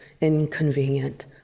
inconvenient